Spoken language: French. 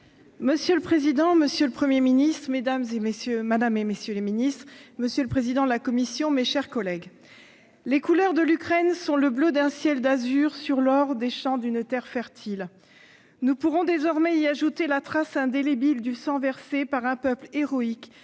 Monsieur le président, monsieur le Premier ministre, madame la ministre, messieurs les ministres, mes chers collègues, les couleurs de l'Ukraine sont le bleu d'un ciel d'azur sur l'or des champs d'une terre fertile. Nous pourrons désormais y ajouter la trace indélébile du sang versé par un peuple héroïque